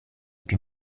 più